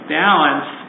balance